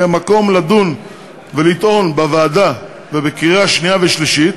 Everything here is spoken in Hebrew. היה מקום לדון ולטעון בוועדה ובקריאה שנייה ושלישית.